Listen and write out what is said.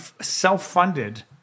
self-funded